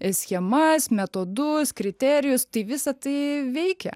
schemas metodus kriterijus tai visa tai veikia